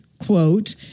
quote